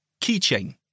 Keychain